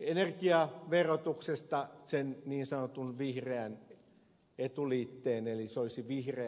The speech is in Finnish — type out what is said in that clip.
energiaverotuksesta sen niin sanotun vihreän etuliitteen eli sen että se olisi vihreä